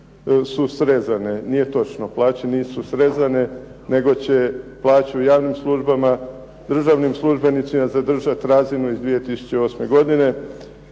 su srezane.". Nije točno. Plaće nisu srezane nego će plaće u javnim službama državnim službenicima zadržati razinu iz 2008. godine